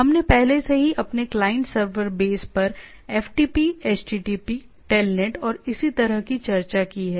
हमने पहले से ही अपने क्लाइंट सर्वर बेस पर FTP HTTP टेलनेट और इसी तरह की चर्चा की है